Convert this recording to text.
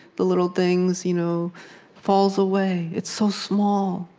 the little things you know falls away, it's so small,